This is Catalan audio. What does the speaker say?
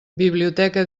biblioteca